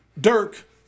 Dirk